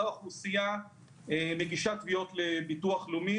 אותה אוכלוסייה מגישה תביעות לביטוח לאומי.